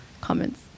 Comments